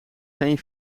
geen